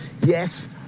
yes